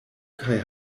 kaj